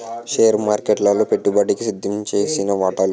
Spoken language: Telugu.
షేర్ మార్కెట్లలో పెట్టుబడికి సిద్దంచేసిన వాటాలు